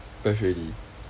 press already